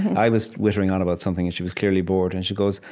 i was wittering on about something, and she was clearly bored, and she goes,